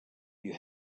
you